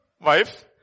wife